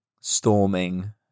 storming